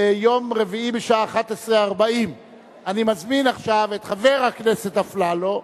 ביום רביעי בשעה 11:40. אני מזמין עכשיו את חבר הכנסת אפללו,